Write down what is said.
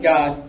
God